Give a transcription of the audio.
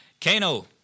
Kano